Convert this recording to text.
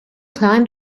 climbed